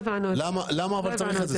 למה צריך את זה?